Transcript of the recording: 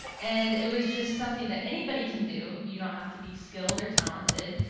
and it was just something that anybody can do. you don't have to be skilled or talented.